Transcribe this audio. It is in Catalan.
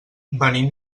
venim